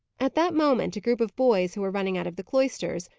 at that moment a group of boys, who were running out of the cloisters,